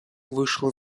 вышла